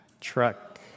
Truck